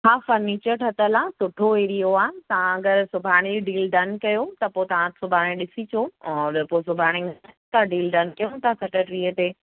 हा फ़र्निचल ठहियल आहे सुठो एरिओ आहे तव्हां अगरि सुभाणे डील डन कयो त पोइ तव्हां सुभाणे ॾिसीं अचूं पोइ सुभाणे डील डन कयूं था सतटीह ते